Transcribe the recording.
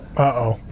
Uh-oh